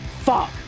Fuck